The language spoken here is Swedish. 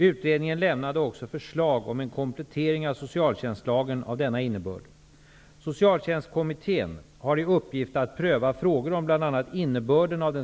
Utredningen lämnade också förslag om en komplettering av socialtjänstlagen av denna innebörd.